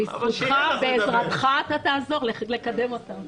אבל בזכותך ובעזרתך אתה תעזור לקדם אותם.